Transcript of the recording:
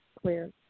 clear